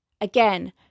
again